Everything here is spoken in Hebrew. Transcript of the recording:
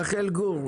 רחל גור,